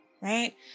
Right